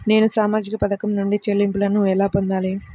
నేను సామాజిక పథకం నుండి చెల్లింపును ఎలా పొందాలి?